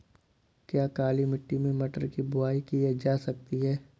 क्या काली मिट्टी में मटर की बुआई की जा सकती है?